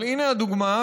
אבל הינה הדוגמה,